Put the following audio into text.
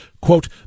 quote